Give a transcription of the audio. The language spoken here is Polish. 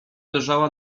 leżała